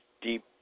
deep